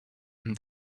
and